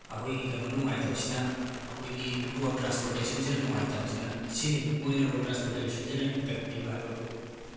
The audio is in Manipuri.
ꯑꯩꯈꯣꯏꯒꯤ ꯀꯩꯅꯣ ꯅꯨꯡꯉꯥꯏꯇꯕꯁꯤꯅ ꯑꯩꯈꯣꯏꯒꯤ ꯔꯣꯠ ꯇ꯭ꯔꯥꯟꯁꯄꯣꯔꯇꯦꯁꯟꯁꯤꯅ ꯅꯨꯡꯉꯥꯏꯇꯕꯁꯤꯅ ꯁꯤꯅꯤ ꯃꯣꯏꯅ ꯔꯣꯠ ꯇ꯭ꯔꯥꯟꯁꯄꯣꯔꯠꯇꯦꯁꯟꯁꯤꯅ ꯏꯝꯄꯦꯛ ꯄꯤꯕ ꯍꯥꯏꯕꯕꯨ